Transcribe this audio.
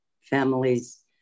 families